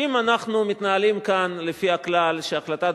אם אנחנו מתנהלים כאן לפי הכלל שהחלטת